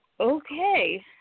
Okay